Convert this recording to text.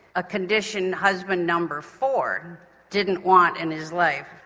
a condition husband number four didn't want in his life.